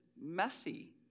messy